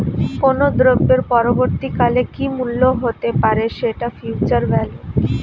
কোনো দ্রব্যের পরবর্তী কালে কি মূল্য হতে পারে, সেটা ফিউচার ভ্যালু